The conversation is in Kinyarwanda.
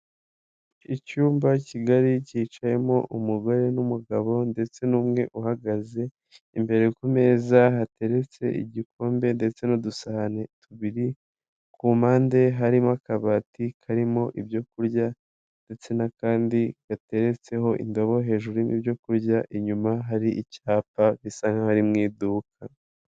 Icyumba kigari cyicayemo umugore n'umugabo ndetse n'umwe uhagaze, imbere ku meza hateretse igikombe ndetse n'udusahane tubiri, ku mpande harimo akabati karimo ibyo kurya ndetse n'akandi gateretseho indobo, hejuru n'ibyo kurya, inyuma hari icyapa bisa nk'aho ari mu iduka.